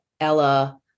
Ella